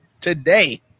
today